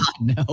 No